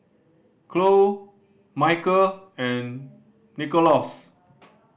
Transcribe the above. Cloe Michel and Nicholaus